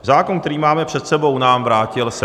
Zákon, který máme před sebou, nám vrátil Senát.